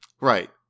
Right